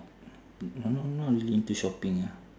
not not not really into shopping ah